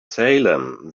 salem